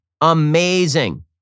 Amazing